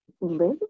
live